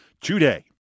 today